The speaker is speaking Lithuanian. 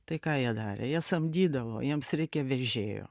tai ką jie darė jie samdydavo jiems reikia vežėjo